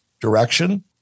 direction